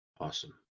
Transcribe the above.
awesome